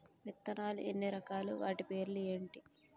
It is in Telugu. విత్తనాలు ఎన్ని రకాలు, వాటి పేర్లు ఏంటి?